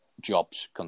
jobs